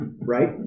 right